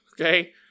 okay